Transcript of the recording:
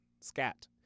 scat